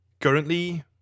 Currently